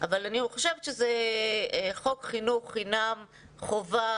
אבל אני חושבת שחוק חינוך חינם חובה